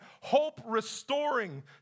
hope-restoring